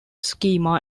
schema